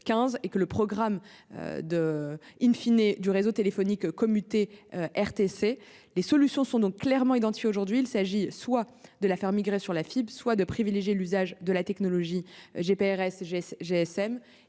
2015 du programme de fin du réseau téléphonique commuté, le RTC. Les solutions sont donc clairement identifiées aujourd'hui : il s'agit soit de les faire migrer sur la fibre, soit de privilégier l'usage de la technologie GPRS/GSM